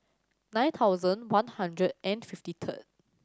nine thousand one hundred and fifty third